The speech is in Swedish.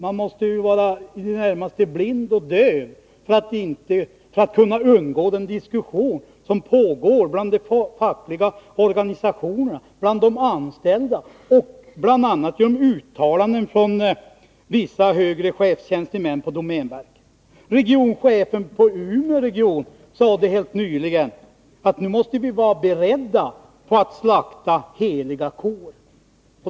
Man måste vara i det närmaste blind och döv för att kunna undgå den diskussion som pågår bland de fackliga organisationerna och bland de anställda och de uttalanden som gjorts från vissa högre chefstjänstemän på domänverket. Regionchefen för Umeåregionen sade helt nyligen att vi nu måste vara beredda att slakta heliga kor.